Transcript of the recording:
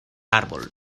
árbol